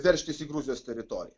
veržtis į gruzijos teritoriją